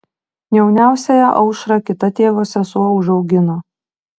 jauniausiąją aušrą kita tėvo sesuo užaugino